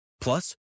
Plus